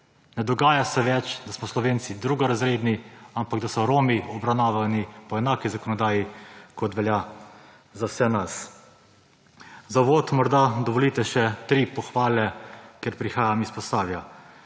Ne dogaja se več, da smo Slovenci drugorazredni, ampak da so Romi obravnavani po enaki zakonodaji, kot velja za vse nas. Za uvod morda dovolite še tri pohvale, ker prihajam iz Posavja.